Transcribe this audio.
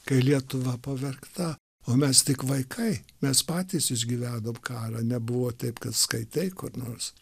kai lietuva pavergta o mes tik vaikai mes patys išgyvenom karą nebuvo taip kad skaitai kur nors